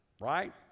Right